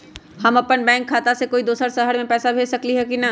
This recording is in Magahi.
हम अपन बैंक खाता से कोई दोसर शहर में पैसा भेज सकली ह की न?